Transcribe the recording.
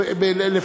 אומר: